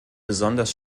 besonders